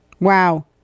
Wow